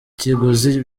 kiguzi